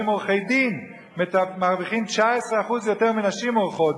עורכי-דין מרוויחים 19% יותר מנשים עורכות-דין?